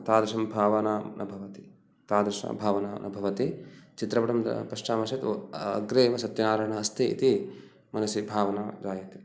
तादृशं भावानां न भवति तादृशा भावना न भवति चित्रपटं पश्चामः चेत् अग्रे एव सत्यनारायणः अस्ति इति मनसि भावना अत्र आयाति